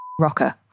rocker